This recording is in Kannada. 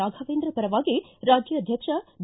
ರಾಘವೇಂದ್ರ ಪರವಾಗಿ ರಾಜ್ಯಾಧ್ವಕ್ಷ ಬಿ